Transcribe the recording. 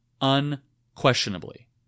Unquestionably